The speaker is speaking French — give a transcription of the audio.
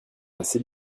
assez